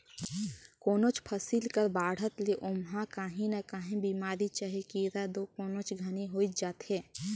कोनोच फसिल कर बाढ़त ले ओमहा काही न काही बेमारी चहे कीरा दो कोनोच घनी होइच जाथे